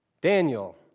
Daniel